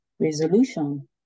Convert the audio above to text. Resolution